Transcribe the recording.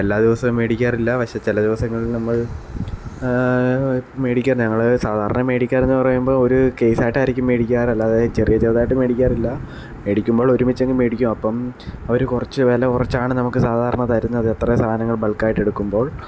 എല്ലാ ദിവസവും മേടിക്കാറില്ല പക്ഷേ ചില ദിവസങ്ങളില് നമ്മള് മേടിക്കും ഞങ്ങൾ സാധാരണ മേടിക്കാറ് എന്ന് പറയുമ്പോൾ ഒരു കെയ്സ് ആയിട്ടായിരിക്കും മേടിക്കാറുള്ളത് ചെറിയ ചെറുതായിട്ട് മേടിക്കാറില്ല മേടിക്കുമ്പോള് ഒരുമിച്ച് അങ്ങ് മേടിക്കും അപ്പം അവർ കുറച്ചു വില കുറച്ച് ആണ് നമുക്ക് സാധാരണ തരുന്നത് അത്രയും സാധനങ്ങള് ബള്ക്ക് ആയിട്ട് എടുക്കുമ്പോള്